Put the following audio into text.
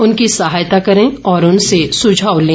उनकी सहायता करें और उनसे सुझाव लें